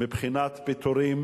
מבחינת פיטורים,